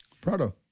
Prado